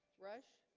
rush